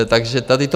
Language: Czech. Takže tady to...